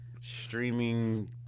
streaming